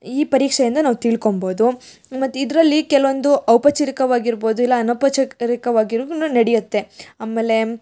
ಈ ಪರೀಕ್ಷೆಯಿಂದ ನಾವು ತಿಳ್ಕೊಬೋದು ಮತ್ತು ಇದರಲ್ಲಿ ಕೆಲವೊಂದು ಔಪಚರಿಕವಾಗಿರ್ಬೋದು ಇಲ್ಲ ಅನೌಪಚಾರಿಕವಾಗೂ ನಡೆಯುತ್ತೆ ಆಮೇಲೆ